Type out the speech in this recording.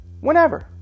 whenever